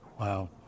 Wow